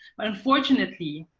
but unfortunately,